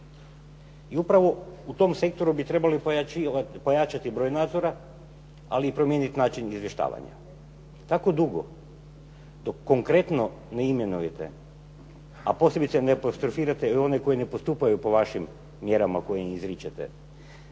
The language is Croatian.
I upravo u tom sektoru bi trebali pojačati broj nadzora ali i promijeniti način izvještavanja. Tako dugo dok konkretno ne imenujete, a posebice ne apostrofirate one koji ne postupaju po vašim mjerama koje im izričete